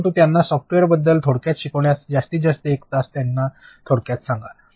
परंतु त्यांना सॉफ्टवेअरबद्दल थोडक्यात शिकण्यात जास्तीतजास्त १ तास त्यांना थोडक्यात सांगा